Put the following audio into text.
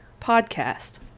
podcast